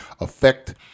affect